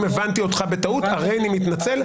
אם הבנתי אותך בטעות, הריני מתנצל.